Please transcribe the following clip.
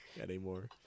anymore